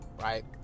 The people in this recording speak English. Right